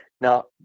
Now